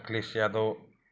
Akhilesh Yadav